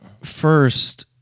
first